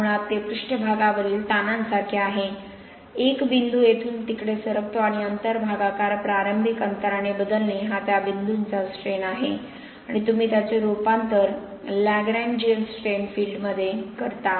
मुळात ते पृष्ठभागावरील ताणांसारखे आहे एक बिंदू येथून तिकडे सरकतो आणि अंतर भागाकार प्रारंभिक अंतराने बदलणे हा त्या बिंदूचा स्ट्रैन आहे आणि तुम्ही त्याचे रूपांतर लॅग्रॅन्जियन स्ट्रेन फील्डमध्ये करता